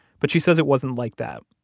but she said it wasn't like that.